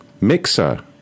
Mixer